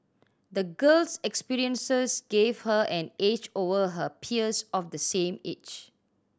the girl's experiences gave her an edge over her peers of the same age